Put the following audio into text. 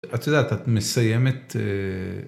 את יודעת, את מסיימת...